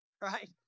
Right